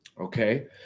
Okay